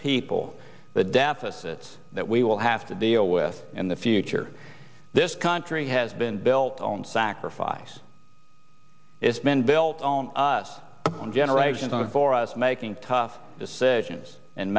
people the deficit that we will have to deal with in the future this country has been built on sacrifice is been built on us on generations on for us making tough decisions and